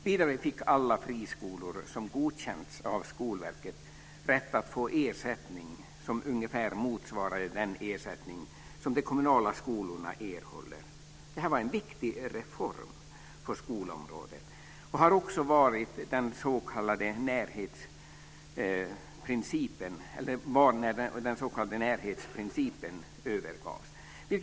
Vidare fick alla friskolor som godkänts av Skolverket rätt att få ersättning som ungefär motsvarade den ersättning som de kommunala skolorna erhöll. Detta var en viktig reform på skolområdet. Det var också då den s.k. närhetsprincipen övergavs.